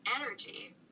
energy